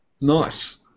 Nice